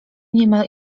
niemal